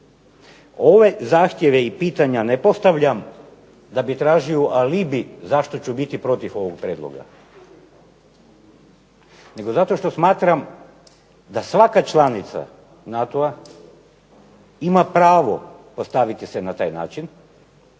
Ove zahtjeve i pitanja ne postavljam da bi tražio alibi zašto ću biti protiv ovog prijedloga nego zato što smatram da svaka članica NATO-a ima pravo postaviti se na taj način,